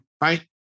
right